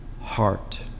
heart